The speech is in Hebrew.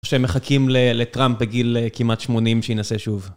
שמחכים לטראמפ בגיל כמעט 80, שיינשא שוב.